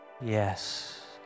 Yes